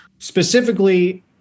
Specifically